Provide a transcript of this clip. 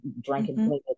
drinking